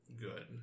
good